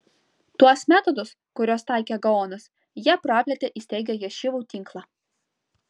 tuos metodus kuriuos taikė gaonas jie praplėtė įsteigę ješivų tinklą